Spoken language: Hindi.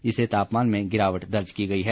इससे तापमान में गिरावट दर्ज की गई है